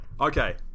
Okay